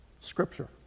scripture